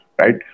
right